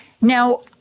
Now